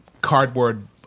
cardboard